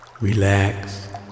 Relax